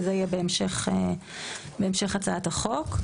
וזה יהיה בהמשך הצעת החוק.